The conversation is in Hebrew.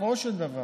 בסופו של דבר